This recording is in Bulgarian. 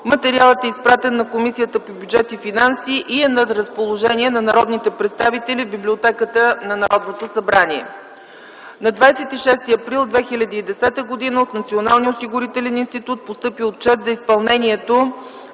материалът е изпратен на Комисията по бюджет и финанси и е на разположение на народните представители в Библиотеката на Народното събрание. На 26 април 2010 г. от Националния осигурителен институт е постъпил Отчет за изпълнението